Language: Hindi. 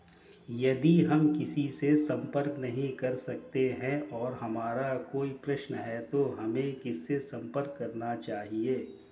यदि हम किसी से संपर्क नहीं कर सकते हैं और हमारा कोई प्रश्न है तो हमें किससे संपर्क करना चाहिए?